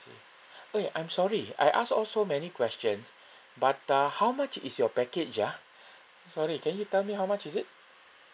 see okay I'm sorry I asked all so many questions but uh how much is your package ah sorry can you tell me how much is it